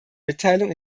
mitteilung